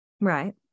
right